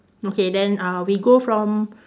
okay then uh we go from